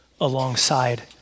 alongside